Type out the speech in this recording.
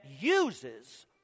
uses